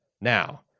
Now